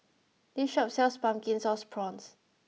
this shop sells Pumpkin Sauce Prawns